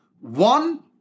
One